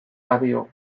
badio